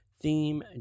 Theme